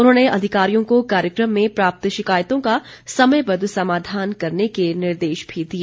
उन्होंने अधिकारियों को कार्यक्रम में प्राप्त शिकायतों का समयबद्ध समाधान करने के निर्देश भी दिए